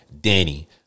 Danny